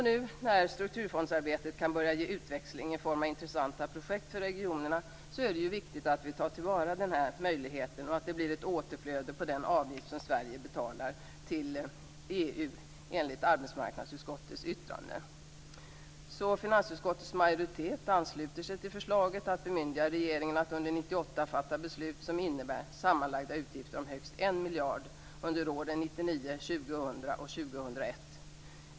Nu när strukturfondsarbetet kan börja ge utväxling i form av intressanta projekt för regionerna är det viktigt att vi tar till vara den här möjligheten. Det blir då ett återflöde på den avgift som Sverige betalar till EU - allt enligt arbetsmarknadsutskottets yttrande. Finansutskottets majoritet ansluter sig till förslaget att bemyndiga regeringen att under 1998 fatta beslut som innebär sammanlagda utgifter om högst 1 miljard kronor under åren 1999, 2000 och 2001.